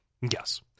Yes